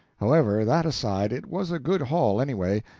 however, that aside, it was a good haul, anyway,